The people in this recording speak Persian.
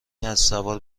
اسبسوار